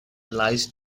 lies